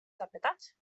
zapytać